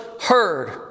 heard